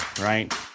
right